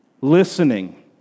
Listening